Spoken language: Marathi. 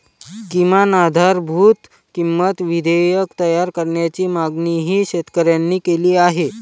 किमान आधारभूत किंमत विधेयक तयार करण्याची मागणीही शेतकऱ्यांनी केली आहे